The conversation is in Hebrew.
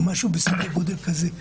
או משהו בסדר גודל כזה.